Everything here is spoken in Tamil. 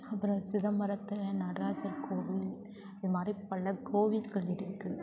அப்புறம் சிதம்பரத்தில் நடராஜர் கோவில் இதுமாதிரி பல கோவில்கள் இருக்குது